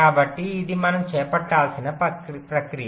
కాబట్టి ఇది మనం చేపట్టాల్సిన ప్రక్రియ